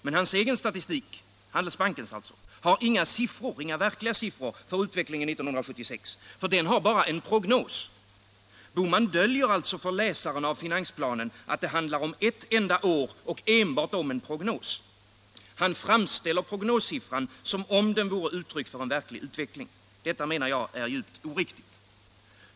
Men hans egen statistik — dvs. Handelsbankens — har inga verkliga siffror för utvecklingen 1976. Den har bara en prognos. Herr Bohman döljer alltså för läsaren av finansplanen att det handlar om ett enda år och enbart om en prognos. Han framställer prognossiffran som vore den uttryck för en verklig utveckling. Det menar jag är djupt oriktigt.